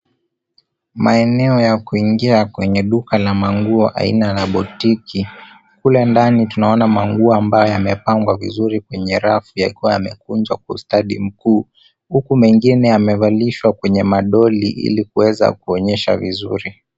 Maeneo ya kuingia kwenye duka la manguo aina la butiki. Kule ndani tunaona manguo ambayo yamepangwa vizuri kwenye rafu yakiwa yamekunjwa kwa ustadi mkuu huku mengine yamevalishwa kwenye madoli ili kuweza kuonyesha vizuri.